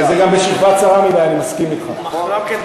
אנחנו צריכים לראות תעשייה.